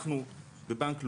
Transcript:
אנחנו בבנק לאומי,